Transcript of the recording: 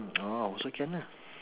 mm oh also can lah